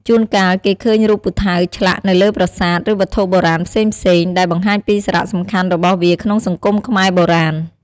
ជួនកាលគេឃើញរូបពូថៅឆ្លាក់នៅលើប្រាសាទ ឬវត្ថុបុរាណផ្សេងៗ ដែលបង្ហាញពីសារៈសំខាន់របស់វាក្នុងសង្គមខ្មែរបុរាណ។